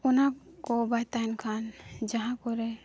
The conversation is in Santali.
ᱚᱱᱟ ᱠᱚ ᱵᱟᱭ ᱛᱟᱦᱮᱱ ᱡᱷᱟᱱ ᱡᱟᱦᱟᱸ ᱠᱚᱨᱮ